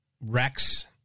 Rex